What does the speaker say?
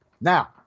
now